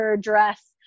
dress